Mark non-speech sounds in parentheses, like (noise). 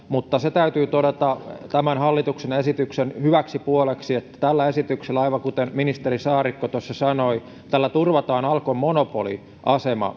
(unintelligible) mutta se täytyy todeta tämän hallituksen esityksen hyväksi puoleksi että tällä esityksellä aivan kuten ministeri saarikko tuossa sanoi turvataan alkon monopoliasema (unintelligible)